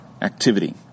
activity